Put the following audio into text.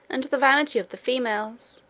and the vanity of the females,